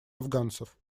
афганцев